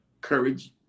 courage